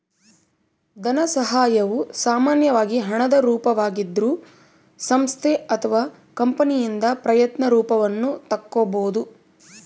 ಧನಸಹಾಯವು ಸಾಮಾನ್ಯವಾಗಿ ಹಣದ ರೂಪದಾಗಿದ್ರೂ ಸಂಸ್ಥೆ ಅಥವಾ ಕಂಪನಿಯಿಂದ ಪ್ರಯತ್ನ ರೂಪವನ್ನು ತಕ್ಕೊಬೋದು